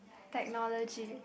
technology